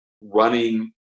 running